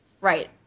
Right